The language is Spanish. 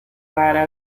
rara